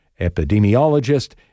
epidemiologist